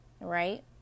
right